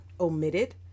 omitted